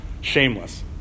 shameless